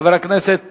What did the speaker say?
חבר הכנסת